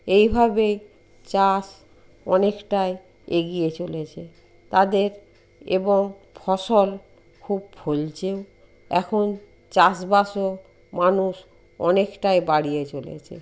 এইভাবেই চাষ অনেকটাই এগিয়ে চলেছে তাদের এবং ফসল খুব ফলছেও এখন চাষবাসও মানুষ অনেকটাই বাড়িয়ে চলেছে